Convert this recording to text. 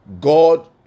God